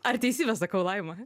ar teisybę sakau laima